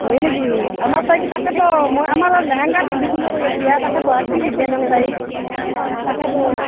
হয় নেকি আমাৰ তাইক তাকেতো মই আমাৰ এই লেহেংগা পিন্ধো বুলি কৈ আছে আৰু তাকেইতো কি পিন্ধাই নিও তাইক তাকেতো